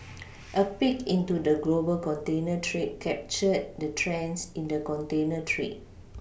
a peek into the global container trade captured the trends in the container trade